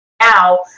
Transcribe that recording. now